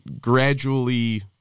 gradually